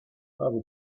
wahre